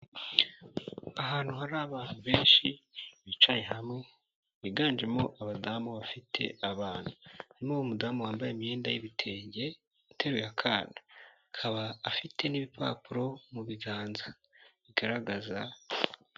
Ahantu hari abantu benshi bicaye hamwe. Biganjemo abadamu bafite abana, n'uwo mudamu wambaye imyenda y'ibitenge uteruye akana. Akaba afite n'ibipapuro mu biganza bigaragaza...